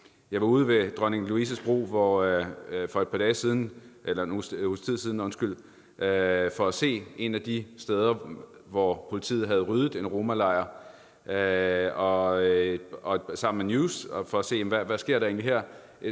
Jeg var ude ved Dronning Louises Bro for en uges tid siden for at se et af de steder, hvor politiet havde ryddet en romalejr, sammen med News for at se, hvad der egentlig